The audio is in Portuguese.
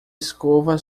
escova